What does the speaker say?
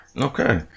Okay